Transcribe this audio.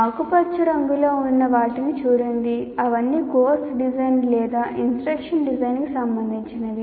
ఆకుపచ్చ రంగులో ఉన్న వాటిని చూడండి అవన్నీ కోర్సు డిజైన్ లేదా ఇన్స్ట్రక్షన్ డిజైన్కు సంబంధించినవి